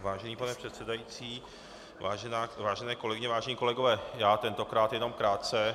Vážený pane předsedající, vážené kolegyně, vážení kolegové, já tentokrát jenom krátce.